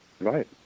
Right